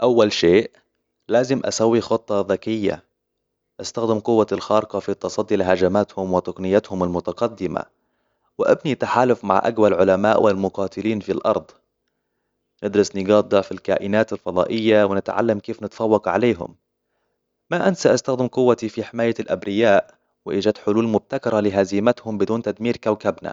أول شيء، لازم أسوي خطة ذكية. أستخدم قوتي الخارقة في التصدي لهجماتهم وتقنياتهم المتقدمة، وأبني تحالف مع أقوى العلماء والمقاتلين في الأرض. ندرس نقاط ضعف كائنات الفضائية، ونتعلم كيف نتفوق عليهم. ما أنسى أستخدم قوتي في حماية الأبرياء، وإيجاد حلول مبتكرة لهزيمتهم بدون تدمير كوكبنا.